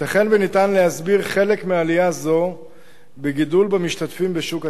ייתכן שניתן להסביר חלק מעלייה זו בגידול במספר המשתתפים בשוק התעסוקה.